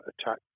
attack